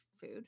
food